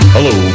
Hello